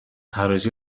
حراجی